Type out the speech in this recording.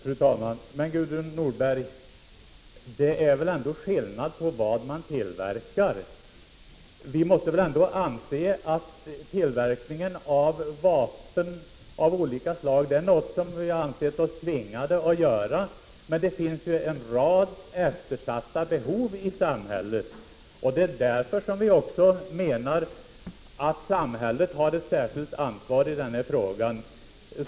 Fru talman! Men, Gudrun Norberg, det är väl ändå skillnad på vad man tillverkar. Vi måste inse att tillverkningen av vapen av olika slag är någonting som vi ansett oss tvingade till. Men det finns en rad eftersatta behov i samhället. Det är därför vi menar att samhället har ett särskilt ansvar i denna fråga.